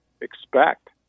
expect